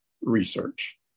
research